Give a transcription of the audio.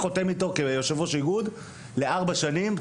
חותם איתו לארבע שנים,